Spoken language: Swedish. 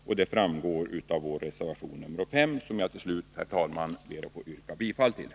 Detta framgår av vår reservation nr 5, som jag till slut, herr talman, yrkar bifall till.